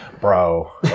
bro